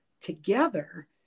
together